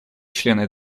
члены